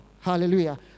Hallelujah